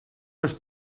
més